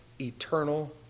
eternal